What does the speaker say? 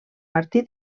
martí